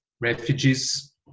refugees